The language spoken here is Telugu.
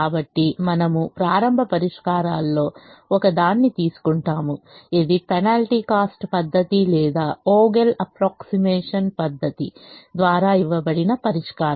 కాబట్టి మనము ప్రారంభ పరిష్కారాలలో ఒకదాన్ని తీసుకుంటాము ఇది పెనాల్టీ కాస్ట్ పద్ధతి లేదా వోగెల్Vogels అప్ప్రోక్సిమేషన్ పద్ధతి ద్వారా ఇవ్వబడిన పరిష్కారం